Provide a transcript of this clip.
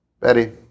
Betty